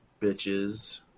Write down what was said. bitches